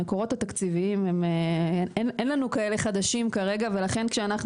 המקורות התקציביים אין לנו כאלה חדשים כרגע ולכן כשאנחנו